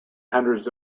hundreds